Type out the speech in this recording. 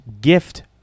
gift